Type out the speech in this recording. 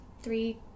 Three